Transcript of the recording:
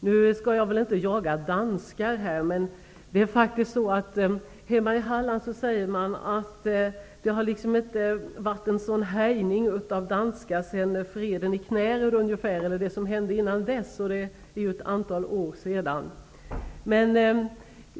Nu skall jag väl inte jaga danskar, men hemma i Halland säger man att danskarna inte har härjat på detta sätt sedan tiden före freden i Knäred, och det är ju ett antal år sedan.